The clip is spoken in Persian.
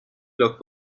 لاک